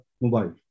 mobile